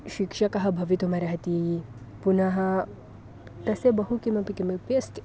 शिक्षकः भवितुमर्हति पुनः तस्य बहु किमपि किमपि अस्ति